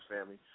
family